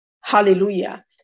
hallelujah